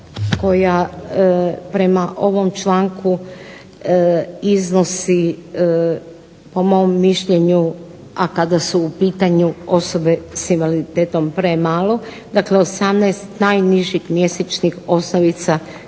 koja prema ovom članku iznosi po mom mišljenju, a kada su u pitanju osobe sa invaliditetom premalo dakle 18 najnižih mjesečnih osnovica za